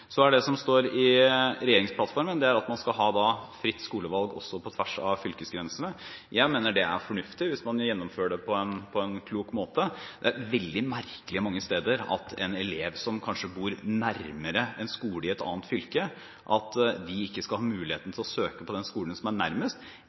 Det som står i regjeringsplattformen, er at man skal ha fritt skolevalg også på tvers av fylkesgrensene. Jeg mener det er fornuftig hvis man gjennomfører det på en klok måte. Det er veldig merkelig, mange steder, at en elev som kanskje bor nærmere en skole i et annet fylke, ikke skal ha muligheten